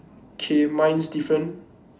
K mine's different